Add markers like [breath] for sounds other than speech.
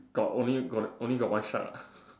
got only got only got one shack ah [breath]